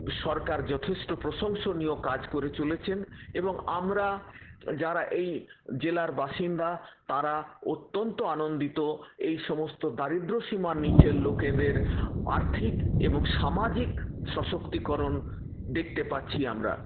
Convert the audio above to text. সরকার যথেষ্ট প্রশংসনীয় কাজ করে চলেছেন এবং আমরা যারা এই জেলার বাসিন্দা তারা অত্যন্ত আনন্দিত এই সমস্ত দারিদ্র্যসীমার নিচের লোকেদের আর্থিক এবং সামাজিক সশক্তিকরণ দেখতে পাচ্ছি আমরা